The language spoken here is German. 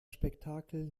spektakel